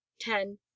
ten